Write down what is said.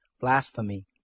blasphemy